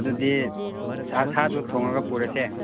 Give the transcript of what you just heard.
ꯑꯗꯨꯗꯤ ꯁꯥ ꯁꯥꯗꯣ ꯊꯣꯡꯂꯒ ꯄꯨꯔꯁꯦ